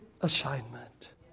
assignment